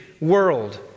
world